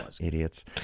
idiots